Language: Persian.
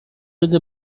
روز